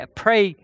pray